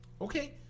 Okay